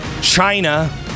china